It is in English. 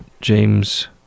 James